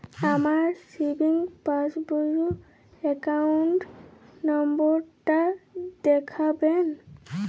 আমার সেভিংস পাসবই র অ্যাকাউন্ট নাম্বার টা দেখাবেন?